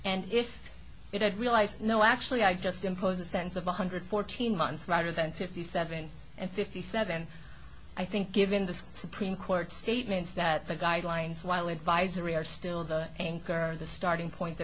realized no actually i just impose a sense of one hundred and fourteen months rather than fifty seven and fifty seven i think given the supreme court statements that the guidelines while advisory are still the anchor are the starting point the